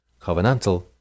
covenantal